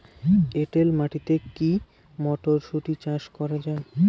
এটেল মাটিতে কী মটরশুটি চাষ করা য়ায়?